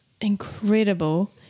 incredible